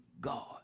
God